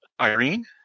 Irene